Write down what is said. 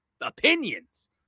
opinions